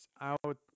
out